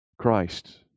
Christ